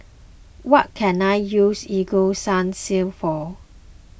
what can I use Ego Sunsense for